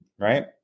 Right